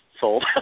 sold